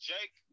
Jake